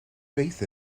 faith